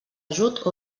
ajut